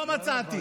לא מצאתי.